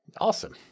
Awesome